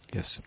Yes